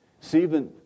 Stephen